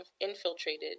infiltrated